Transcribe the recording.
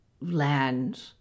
land